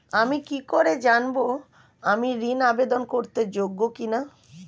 আমি কি করে জানব আমি ঋন আবেদন করতে যোগ্য কি না?